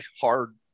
hard